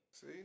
See